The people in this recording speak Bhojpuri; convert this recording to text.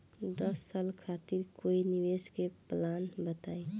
दस साल खातिर कोई निवेश के प्लान बताई?